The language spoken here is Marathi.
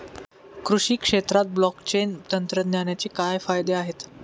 कृषी क्षेत्रात ब्लॉकचेन तंत्रज्ञानाचे काय फायदे आहेत?